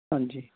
ਹਾਂਜੀ